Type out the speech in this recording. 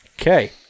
okay